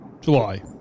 July